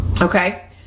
Okay